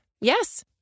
Yes